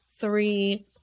three